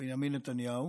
בנימין נתניהו